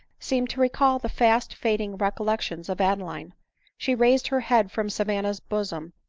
seemed to recall the fast fading recollection of adeline she raised her head from savanna's bosom,